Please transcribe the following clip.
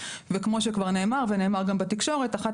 וכמו שכבר נאמר ונאמר גם בתקשורת אחת